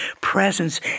presence